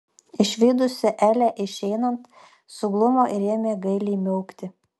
išvydusi elę išeinant suglumo ir ėmė gailiai miaukti